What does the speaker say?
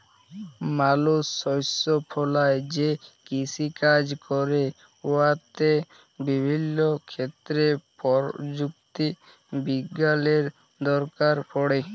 মালুস শস্য ফলাঁয় যে কিষিকাজ ক্যরে উয়াতে বিভিল্য ক্ষেত্রে পরযুক্তি বিজ্ঞালের দরকার পড়ে